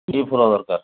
କି ଫୁଲ ଦରକାର